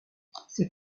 ces